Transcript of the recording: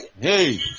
Hey